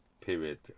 period